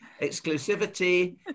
exclusivity